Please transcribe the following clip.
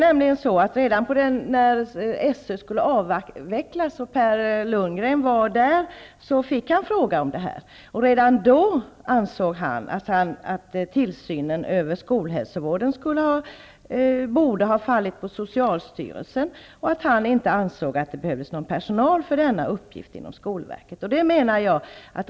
När SÖ skulle avvecklas blev Ulf Lundgren tillfrågad. Redan då ansåg han att tillsynen över skolhälsovården borde ha fallit på socialstyrelsens lott och att det inte behövdes någon personal inom skolverket för denna uppgift.